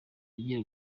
agira